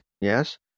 Yes